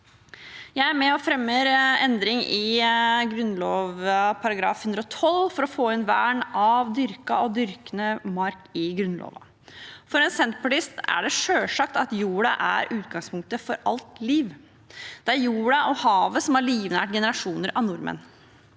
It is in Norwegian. Jeg er med og fremmer endring i § 112 for å få inn vern av dyrket og dyrkbar mark i Grunnloven. For en senterpartist er det selvsagt at jorda er utgangspunktet for alt liv. Det er jorda og havet som har livnært generasjoner av nordmenn.